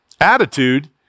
attitude